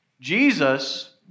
Jesus